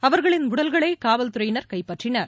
அவர்களின் உடல்களை காவல்துறையினர் கைப்பற்றினர்